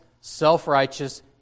self-righteous